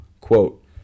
Quote